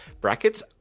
Brackets